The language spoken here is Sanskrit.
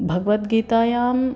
भगवद्गीतायाम्